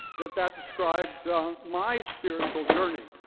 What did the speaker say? that that described my spiritual journey.